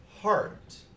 heart